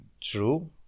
true